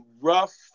rough